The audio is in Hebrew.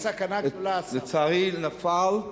לצערי, זה נפל.